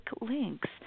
links